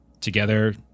Together